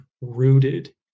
rooted